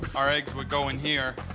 our eggs would go in here.